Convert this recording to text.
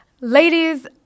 Ladies